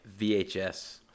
VHS